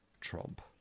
Trump